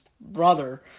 brother